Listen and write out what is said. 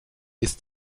ist